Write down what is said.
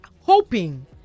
hoping